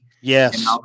Yes